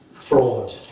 Fraud